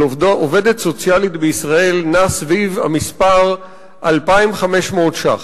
עובדת סוציאלית בישראל נע סביב המספר 2,500 שקלים.